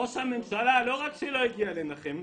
ראש הממשלה לא רק שלא הגיע לנחם,